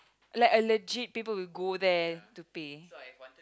like a legit people will go there to pay